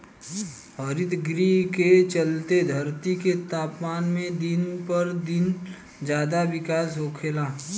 हरितगृह के चलते धरती के तापमान में दिन पर दिन ज्यादे बिकास होखेला